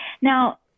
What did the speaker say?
now